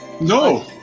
No